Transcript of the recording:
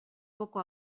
poco